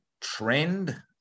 trend